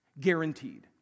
guaranteed